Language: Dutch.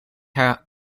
haar